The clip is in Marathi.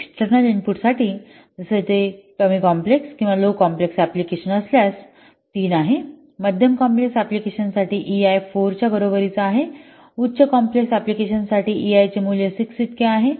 एक्सटर्नल इनपुट साठी जसे की ते कमी कॉम्प्लेक्स किंवा लो कॉम्प्लेक्स अँप्लिकेशन असल्यास ते 3 आहे मध्यम कॉम्प्लेक्स अँप्लिकेशन साठी ईआय 4 च्या बरोबरीचा आहे उच्च कॉम्प्लेक्स अँप्लिकेशन साठी EI चे मूल्य 6 इतके आहे